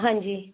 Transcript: ਹਾਂਜੀ